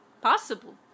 Possible